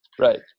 Right